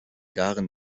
darin